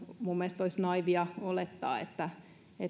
minun mielestäni olisi naiivia olettaa että